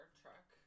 truck